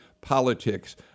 politics